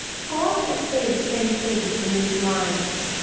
how oft i say the same things in these lines!